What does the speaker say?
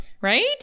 Right